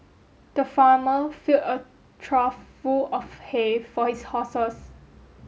the farmer filled a trough full of hay for his horses